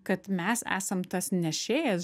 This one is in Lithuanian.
kad mes esam tas nešėjas